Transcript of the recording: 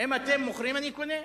אמרתי: אם אתם מוכרים, אני קונה.